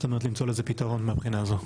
זאת אומרת, למצוא לזה פתרון מהבחינה הזאת.